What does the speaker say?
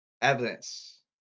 Evidence